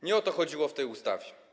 Nie o to chodziło w tej ustawie.